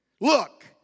Look